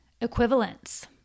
equivalents